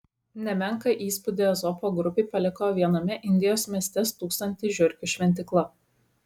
nemenką įspūdį ezopo grupei paliko viename indijos mieste stūksanti žiurkių šventykla